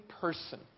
person